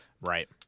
right